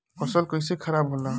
फसल कैसे खाराब होला?